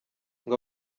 ngo